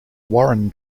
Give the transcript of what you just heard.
warren